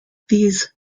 these